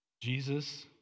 Jesus